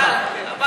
יאללה, הביתה.